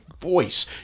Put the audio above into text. voice